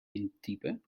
intypen